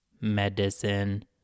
Medicine